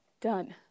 Done